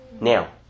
Now